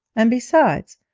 and, besides,